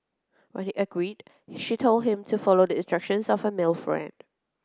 when he agreed she told him to follow the instructions of a male friend